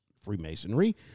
Freemasonry